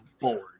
bored